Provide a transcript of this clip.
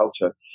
culture